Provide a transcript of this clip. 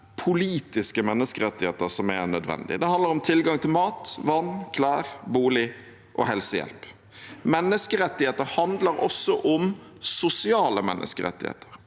politiske menneskerettigheter som er nødvendig. Det handler om tilgang til mat, vann, klær, bolig og helsehjelp. Menneskerettigheter handler også om sosiale menneskerettigheter.